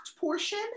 portion